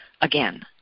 again